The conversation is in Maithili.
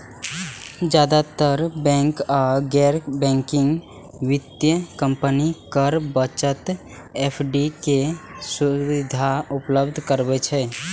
जादेतर बैंक आ गैर बैंकिंग वित्तीय कंपनी कर बचत एफ.डी के सुविधा उपलब्ध कराबै छै